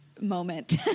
moment